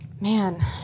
man